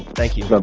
thank you but